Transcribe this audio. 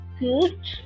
good